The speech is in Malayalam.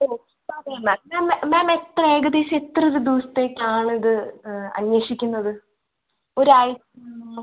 ഹലോ അതെ മാം മാം മാം എത്ര ഏകദേശം എത്ര ഒരു ദിവസത്തേക്കാണിത് അന്വേഷിക്കുന്നത് ഒരാഴ്ചയാണോ